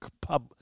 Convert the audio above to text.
pub